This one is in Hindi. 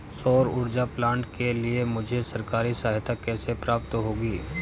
सौर ऊर्जा प्लांट के लिए मुझे सरकारी सहायता कैसे प्राप्त होगी?